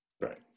Right